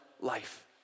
life